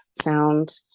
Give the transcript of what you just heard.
sound